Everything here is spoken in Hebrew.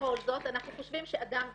בכל זאת, אנחנו חושבים שאדם בוגר,